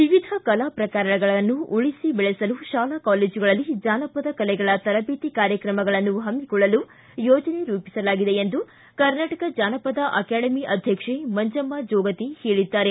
ವಿವಿಧ ಕಲಾ ಪ್ರಕಾರಗಳನ್ನು ಉಳಿಸಿ ದೆಳೆಸಲು ಶಾಲಾ ಕಾಲೇಜುಗಳಲ್ಲಿ ಜಾನಪದ ಕಲೆಗಳ ತರಬೇತಿ ಕಾರ್ಯಕ್ರಮಗಳನ್ನು ಪಮ್ನಿಕೊಳ್ಳಲು ಯೋಜನೆ ರೂಪಿಸಲಾಗಿದೆ ಎಂದು ಕರ್ನಾಟಕ ಜಾನಪದ ಅಕಾಡೆಮಿ ಅಧ್ಯಕ್ಷೆ ಮಂಜಮ್ಮ ಜೋಗತಿ ತಿಳಿಸಿದ್ದಾರೆ